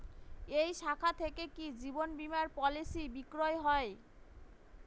এই শাখা থেকে কি জীবন বীমার পলিসি বিক্রয় হয়?